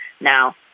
now